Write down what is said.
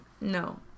No